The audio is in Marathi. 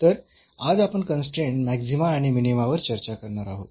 तर आज आपण कन्स्ट्रेन्ड मॅक्सीमा आणि मिनीमा वर चर्चा करणार आहोत